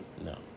No